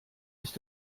ist